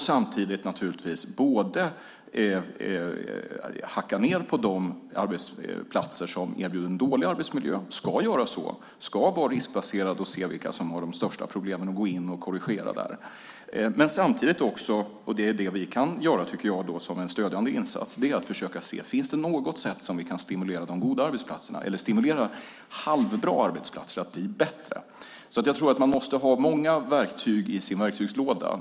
Samtidigt har de möjlighet och ska hacka ned på de arbetsplatser som erbjuder en dålig arbetsmiljö. De ska vara riskbaserade, se vilka som har de största problemen och gå in och korrigera där. Det vi kan göra som en stödjande insats är att se om det finns något sätt att stimulera de halvbra arbetsplatserna att bli bättre. Man måste ha många verktyg i sin verktygslåda.